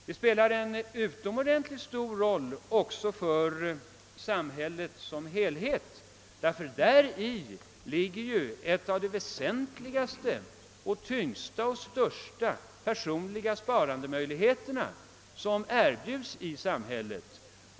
Det spelar en utomordentligt stor roll också för samhället som helhet, eftersom amorteringarna utgör den väsentligaste, tyngsta och största delen av det personliga sparandet i samhället.